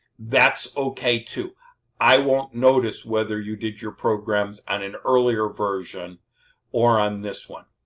that's okay too i won't notice whether you did your programs on an earlier version or on this one.